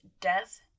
death